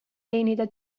teenida